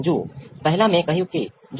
હવે અહીં શું વિચાર છે